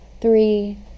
three